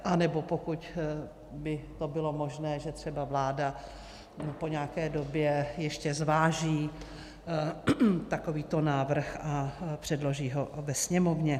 Anebo pokud by to bylo možné, že třeba vláda po nějaké době ještě zváží takovýto návrh a předloží ho ve Sněmovně.